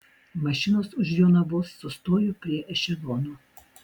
mašinos už jonavos sustojo prie ešelono